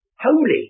holy